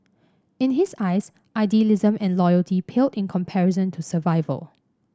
in his eyes idealism and loyalty paled in comparison to survival